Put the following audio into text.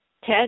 Ted